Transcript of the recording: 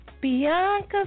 Bianca